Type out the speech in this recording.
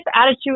attitude